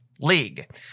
league